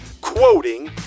quoting